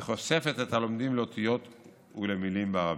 וחושפת את התלמידים לאותיות ולמילים בערבית.